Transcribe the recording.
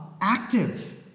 active